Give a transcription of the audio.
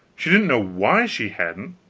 she didn't know why she hadn't,